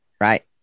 Right